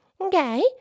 Okay